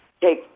Take